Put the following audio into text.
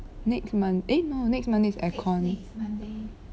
next month eh no next monday is aircon